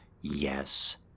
yes